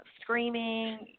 screaming